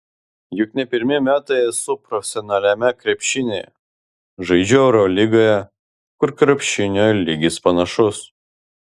juk ne pirmi metai esu profesionaliame krepšinyje žaidžiu eurolygoje kur krepšinio lygis panašus